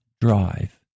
Drive